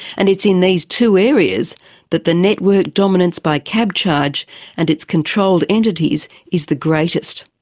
and it's in these two areas that the network dominance by cabcharge and its controlled entities is the greatest.